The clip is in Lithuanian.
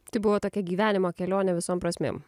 tai buvo tokia gyvenimo kelionė visom prasmėm